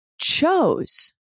chose